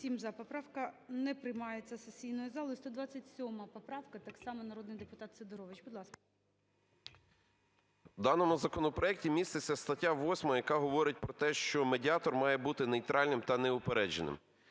В даному законопроекті міститься стаття 8, яка говорить про те, що медіатор має бути нейтральним та неупередженим.